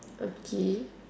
okay